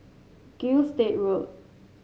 Gilstead Road